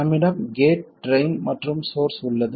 நம்மிடம் gate drain மற்றும் source உள்ளது